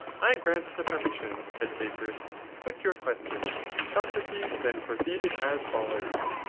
i grant the permission, said phaedrus put your questions. socrates then proceeded as follows